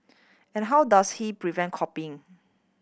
and how does he prevent copying